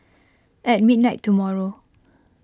at midnight tomorrow